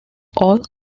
all